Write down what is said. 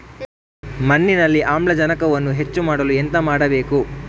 ಮಣ್ಣಿನಲ್ಲಿ ಆಮ್ಲಜನಕವನ್ನು ಹೆಚ್ಚು ಮಾಡಲು ಎಂತ ಮಾಡಬೇಕು?